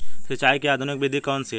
सिंचाई की आधुनिक विधि कौन सी है?